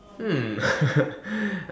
hmm